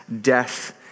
death